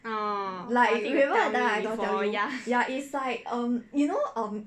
like you remember that time I got tell you is like um you know um